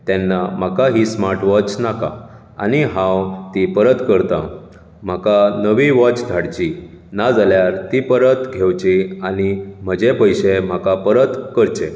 तेन्ना म्हाका ही स्मार्ट वॉच नाका आनी हांव ती परत करता म्हाका नवीं वॉच धाडची ना जाल्यार ती परत घेवची आनी म्हजे पयशे म्हाका परत करचे